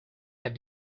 have